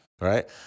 right